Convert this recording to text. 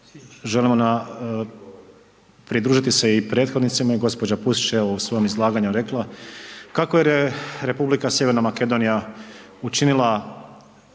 želimo pridružiti se i prethodnicima, gđa. Pusić je u svom izlaganju rekla, kako je Republika Sjeverna Makedonija, učinila